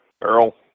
Earl